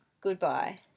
Goodbye